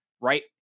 Right